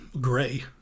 gray